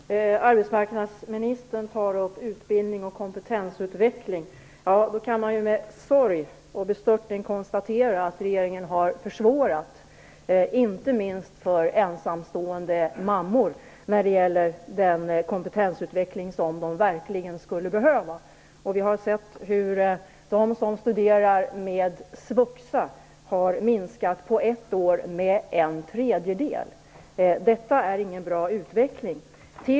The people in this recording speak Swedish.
Fru talman! Arbetsmarknadsministern tar upp utbildning och kompetensutveckling. Då kan man med sorg och bestörtning konstatera att regeringen har försvårat möjligheterna - inte minst för ensamstående mammor - att få den kompetensutveckling de verkligen skulle behöva. Vi har sett hur de som studerar med svuxa har minskat med en tredjedel på ett år. Det är ingen bra utveckling.